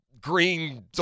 green